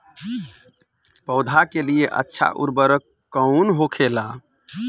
पौधा के लिए अच्छा उर्वरक कउन होखेला?